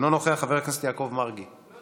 אינו נוכח, חבר הכנסת יעקב מרגי, מוותר.